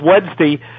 Wednesday